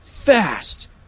Fast